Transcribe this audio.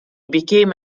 became